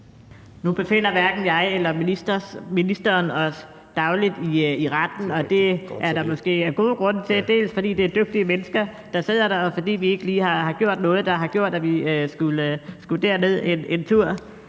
Nu befinder hverken jeg eller ministeren os dagligt i retten, og det er der måske gode grunde til, dels fordi det er dygtige mennesker, der sidder der, dels fordi vi ikke lige har gjort noget, der har gjort, at vi skulle derned en tur.